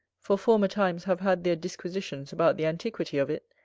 for former times have had their disquisitions about the antiquity of it,